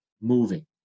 moving